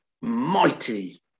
mighty